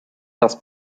das